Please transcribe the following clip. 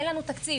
אין לנו תקציב.